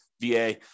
VA